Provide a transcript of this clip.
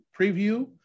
preview